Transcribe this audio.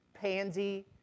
pansy